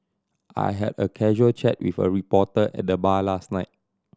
I had a casual chat with a reporter at the bar last night